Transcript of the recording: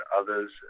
others